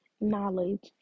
knowledge